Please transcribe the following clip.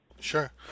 Sure